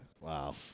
Wow